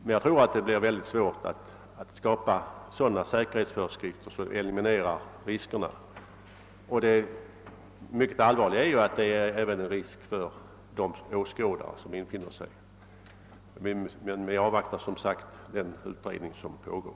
Men jag tror att det blir väldigt svårt att skapa sådana säkerhetsföreskrifter att riskerna elimineras. Det mycket allvarliga är att det föreligger risk även för åskådarna. Jag avvaktar som sagt den utredning som pågår.